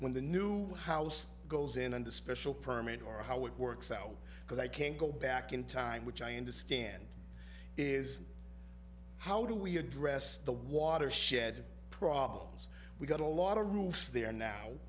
when the new house goes in and the special permit or how it works out because i can't go back in time which i understand is how do we address the watershed problems we've got a lot of roofs there now